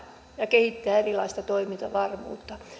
ja täytyy kehittää erilaista toimintavarmuutta